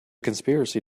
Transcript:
conspiracy